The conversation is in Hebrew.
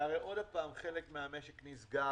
שהרי עוד פעם חלק מהמשק נסגר.